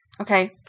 Okay